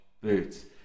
boots